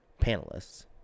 panelists